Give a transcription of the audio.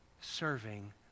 serving